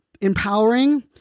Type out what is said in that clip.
empowering